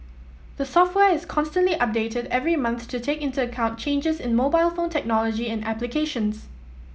the software is constantly updated every month to take into account changes in mobile phone technology and applications